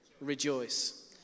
rejoice